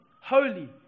holy